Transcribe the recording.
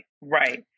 right